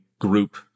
group